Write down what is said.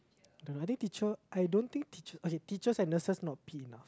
don't know i think teacher I don't think teacher okay teachers and nurses not paid enough